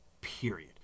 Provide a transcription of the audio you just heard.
Period